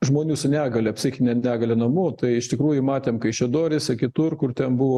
žmonių su negalia psichine negalia namų tai iš tikrųjų matėm kaišiadoryse kitur kur ten buvo